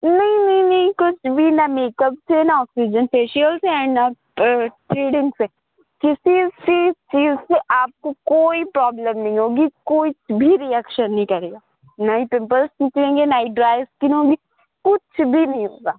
نہیں نہیں نہیں کچھ بھی نہ میک اپ سے نہ آکسیجن فیشیئل سے اینڈ نہ تھریڈنگ سے کسی اس چیز سے آپ کو کوئی پروبلم نہیں ہوگی کوئی بھی ریئیکشن نہیں کرے گا نہ ہی پمپلس نکلیں گے نہ ہی ڈرائی اسکن ہوگی کچھ بھی نہیں ہوگا